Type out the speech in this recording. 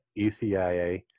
ECIA